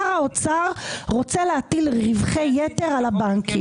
שר האוצר רוצה להטיל רווחי יתר על בנקים.